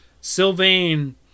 Sylvain